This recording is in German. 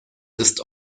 ist